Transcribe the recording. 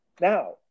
Now